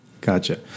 Gotcha